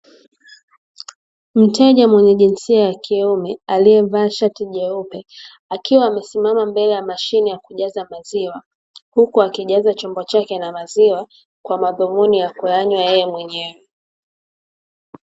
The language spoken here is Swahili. Mteja mwenye jinsia ya kiume aliyevaa shati jeupe, akiwa amesimama mbele ya mashine ya kujaza maziwa, huku akijaza chombo chake na maziwa kwa madhumuni ya kuyanywa yeye mwenyewe.